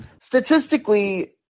Statistically